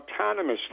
autonomously